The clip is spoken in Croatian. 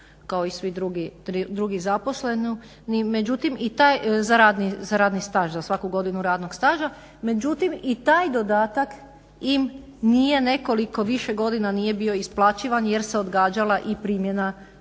godinu radnog staža međutim i taj dodatak im nije nekoliko više godina nije bio isplaćivan jer se odgađala i primjena